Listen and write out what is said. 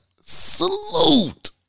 Salute